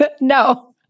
No